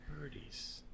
Birdie's